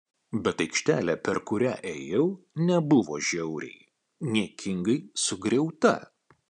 bet aikštelė per kurią ėjau nebuvo žiauriai niekingai sugriauta